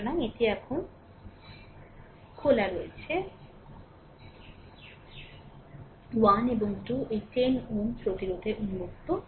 সুতরাং এটি যেমন এটি খোলা রয়েছে 1 এবং 2 এই 10 Ω প্রতিরোধের উন্মুক্ত